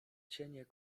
cienie